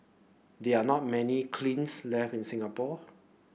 there are not many cleans left in Singapore